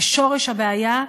ושורש הבעיה הוא,